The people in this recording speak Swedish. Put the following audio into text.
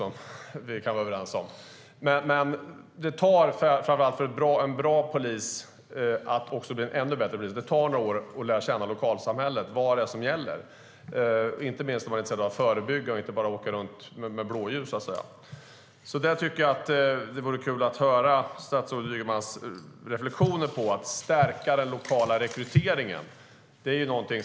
Det tar några år för en bra polis att bli en ännu bättre polis och att lära känna lokalsamhället och vad som gäller, inte minst om man som polis är intresserad av förebyggande arbete och inte bara att åka runt med blåljus. Det vore kul att höra statsrådet Ygemans reflexioner över att stärka den lokala rekryteringen.